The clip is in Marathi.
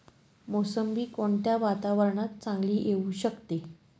मोसंबी कोणत्या वातावरणात चांगली येऊ शकते?